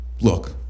look